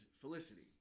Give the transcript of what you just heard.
Felicity